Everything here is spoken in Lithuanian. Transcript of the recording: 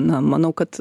na manau kad